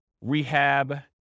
rehab